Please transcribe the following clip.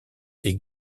est